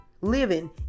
living